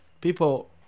people